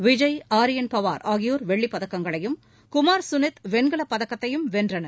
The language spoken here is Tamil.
விஜய் ஆரியன் பவார் ஆகியோர் வெள்ளிப் பதக்கங்களையும் குமார் சுனித் வெண்கலப் பதக்கத்தையும் வென்றனர்